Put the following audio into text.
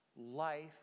life